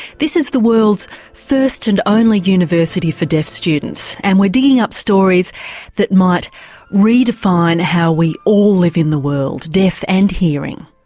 this is the world's first and only university for deaf students, and we're digging up stories that might redefine how we all live in the world, deaf and hearing.